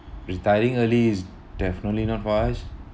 retiring early is definitely not wise